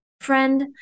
Friend